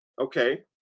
okay